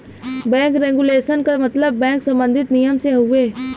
bank regulation क मतलब bank सम्बन्धी नियम से हउवे